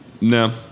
No